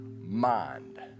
mind